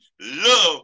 Love